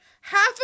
half